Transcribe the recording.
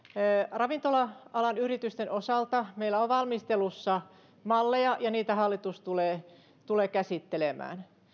ravintola alan yritysten osalta meillä on valmistelussa malleja ja niitä hallitus tulee tulee käsittelemään